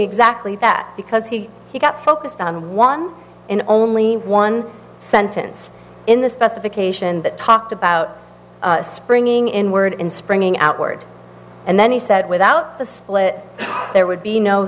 exactly that because he he got focused on one and only one sentence in the specification that talked about springing inward in springing outward and then he said without the split there would be no